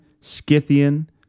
Scythian